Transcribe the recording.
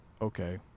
okay